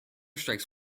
strikes